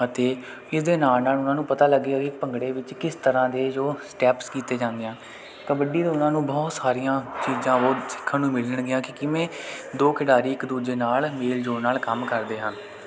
ਅਤੇ ਇਸਦੇ ਨਾਲ ਨਾਲ ਉਹਨਾਂ ਨੂੰ ਪਤਾ ਲੱਗੇਗਾ ਕਿ ਭੰਗੜੇ ਵਿੱਚ ਕਿਸ ਤਰ੍ਹਾਂ ਦੇ ਜੋ ਸਟੈਪਸ ਕੀਤੇ ਜਾਂਦੇ ਆ ਕਬੱਡੀ ਦੇ ਉਹਨਾਂ ਨੂੰ ਬਹੁਤ ਸਾਰੀਆਂ ਚੀਜ਼ਾਂ ਉਹ ਸਿੱਖਣ ਨੂੰ ਮਿਲਣਗੀਆਂ ਕਿ ਕਿਵੇਂ ਦੋ ਖਿਡਾਰੀ ਇੱਕ ਦੂਜੇ ਨਾਲ ਮੇਲਜੋਲ ਨਾਲ ਕੰਮ ਕਰਦੇ ਹਨ